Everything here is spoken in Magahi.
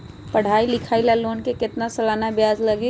पढाई लिखाई ला लोन के कितना सालाना ब्याज लगी?